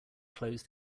closed